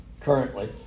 Currently